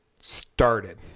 started